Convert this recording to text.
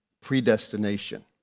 predestination